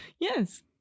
yes